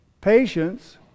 Patience